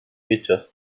hechas